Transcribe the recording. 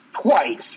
twice